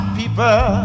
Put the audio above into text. people